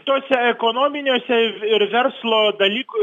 tuose ekonominiuose ir ir verslo dalyk